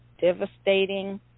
devastating